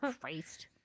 christ